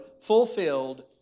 fulfilled